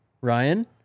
Ryan